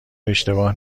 اشتباه